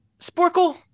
Sporkle